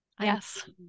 Yes